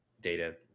data